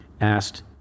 asked